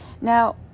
Now